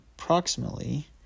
Approximately